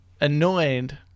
annoyed